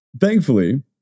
Thankfully